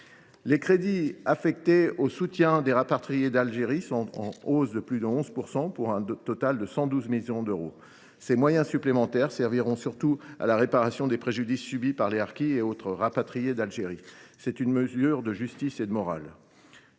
Les crédits affectés au soutien des rapatriés d’Algérie sont en hausse de plus de 11 %, pour un total de 112 millions d’euros. Ces moyens supplémentaires serviront surtout à la réparation des préjudices subis par les harkis et autres rapatriés d’Algérie. C’est une mesure de justice et de morale.